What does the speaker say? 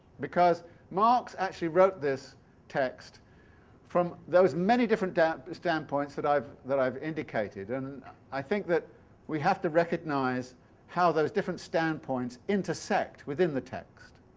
because marx actually wrote this text from those many different standpoints that i've that i've indicated. and i think that we have to recognize how those different standpoints intersect within the text.